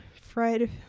Fred